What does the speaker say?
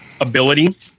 ability